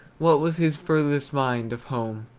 what was his furthest mind, of home,